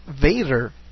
Vader